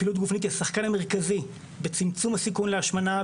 פעילות גופנית היא השחקן המרכזי בצמצום הסיכון להשמנה,